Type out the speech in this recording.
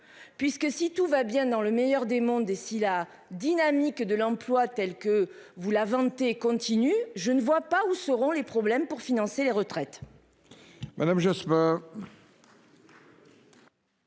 Puisque si tout va bien dans le meilleur des mondes. Et si la dynamique de l'emploi telle que vous la venter continue. Je ne vois pas où seront les problèmes pour financer les retraites.